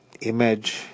image